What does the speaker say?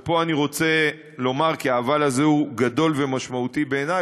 ופה אני רוצה לומר כי ה"אבל" הזה הוא גדול ומשמעותי בעיני,